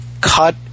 cut